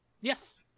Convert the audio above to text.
Yes